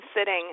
sitting